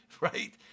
right